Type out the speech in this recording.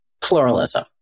pluralism